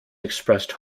expressed